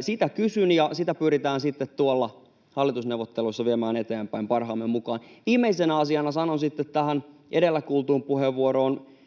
Sitä kysyn, ja sitä pyritään tuolla hallitusneuvotteluissa viemään eteenpäin parhaamme mukaan. Viimeisenä asiana sanon sitten tähän edellä kuultuun puheenvuoroon,